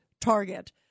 target